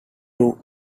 true